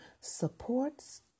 supports